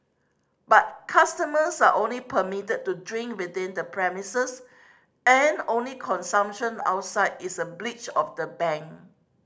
but customers are only permitted to drink within the premises and only consumption outside is a breach of the ban